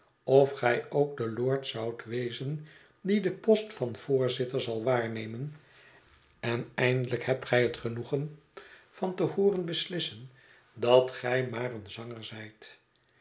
of gij ook de lord zoudt wezen die den post van voorzitter zal waarnemen en eindelijk hebt gij het genoegen van te hooren beslissen dat gij maar een zanger zijt